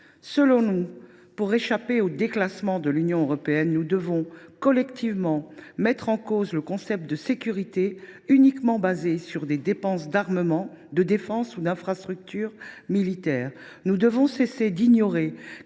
Selon nous, pour échapper au déclassement de l’Union européenne, nous devrions collectivement mettre en cause le concept de sécurité, lequel est uniquement fondé sur des dépenses d’armement, de défense ou d’infrastructures militaires. Nous devons cesser d’ignorer que les insécurités